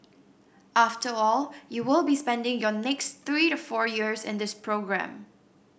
after all you will be spending your next three to four years in this programme